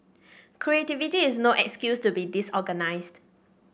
creativity is no excuse to be disorganised